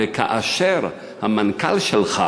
וכאשר המנכ"ל שלך